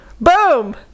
boom